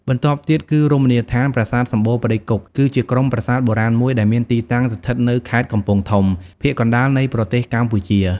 បន្ទាប់ទៀតគឺ រមណីយដ្ឋានប្រាសាទសំបូរព្រៃគុក គឺជាក្រុមប្រាសាទបុរាណមួយ ដែលមានទីតាំងស្ថិតនៅខេត្តកំពង់ធំ ភាគកណ្តាលនៃប្រទេសកម្ពុជា។